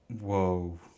Whoa